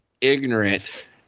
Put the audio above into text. ignorant –